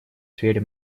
сфере